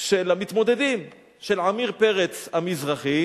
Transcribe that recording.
של המתמודדים של עמיר פרץ המזרחי